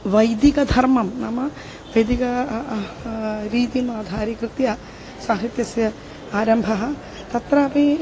वैदिकधर्मं नाम वैदिकरीतिम् आधारीकृत्य साहित्यस्य आरम्भः तत्रापि